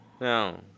no